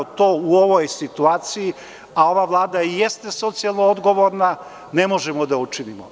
To u ovoj situaciji, a ova vlada jeste socijalno odgovorna, ne možemo da učinimo.